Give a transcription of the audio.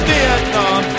Vietnam